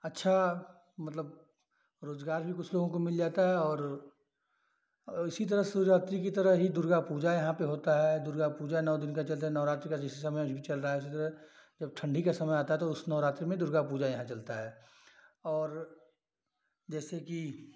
अच्छा मतलब रोजगार भी कुछ लोगों को मिल जाता है और उसी तरह शिवरात्रि की तरह ही दुर्गा पूजा यहाँ पे होता है दुर्गा पूजा नौ दिन का चलता है नवरात्रि का जैसे समय अभी चल रहा है जैसे ठंडी का समय आता है तो उस नवरात्रि में दुर्गा पूजा यहाँ चलता है और जैसे कि